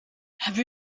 have